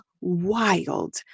wild